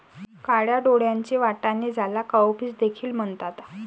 काळ्या डोळ्यांचे वाटाणे, ज्याला काउपीस देखील म्हणतात